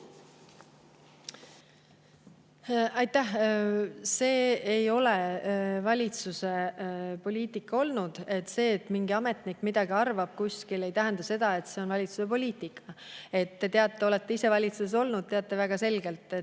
Aitäh! See ei ole valitsuse poliitika olnud. See, et mingi ametnik kuskil midagi arvab, ei tähenda seda, et see on valitsuse poliitika. Te olete ise valitsuses olnud ja teate väga selgelt, et